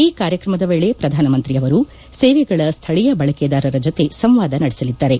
ಈ ಕಾರ್ಯಕ್ರಮದ ವೇಳೆ ಪ್ರಧಾನಮಂತ್ರಿ ಅವರು ಸೇವೆಗಳ ಸ್ಥಳೀಯ ಬಳಕೆದಾರರ ಜೊತೆ ಸಂವಾದ ನಡೆಸಲಿದ್ದಾರೆ